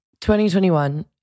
2021